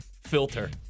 Filter